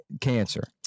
cancer